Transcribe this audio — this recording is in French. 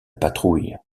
patrouille